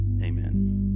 Amen